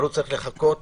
אבל הוא צריך לחכות